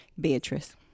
Beatrice